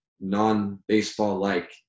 non-baseball-like